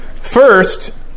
first